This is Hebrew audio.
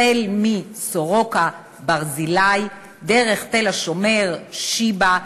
החל מסורוקה, ברזילי, דרך תל-השומר, שיבא,